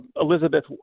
Elizabeth